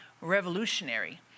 revolutionary